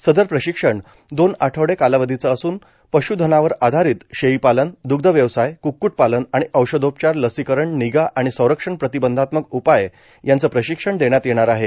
सदर प्रशिक्षण दोन आठवडे कालावधीचे असून पशुधनावर आधारित शेळी पालन दुग्ध व्यवसाय कुक्कुट पालन आणि औषधोपचार लसीकरण निगा आणि संरक्षण प्रतिबंधात्मक उपाय यांचं प्रशिक्षण देण्यात येणार आहे